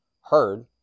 heard